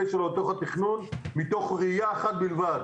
שלו לתוך התכנון מתוך ראייה אחת בלבד,